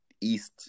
east